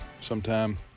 sometime